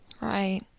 Right